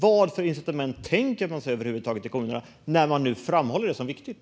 Vad för incitament tänker sig regeringen över huvud taget till kommunerna när man nu framhåller det som viktigt?